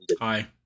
hi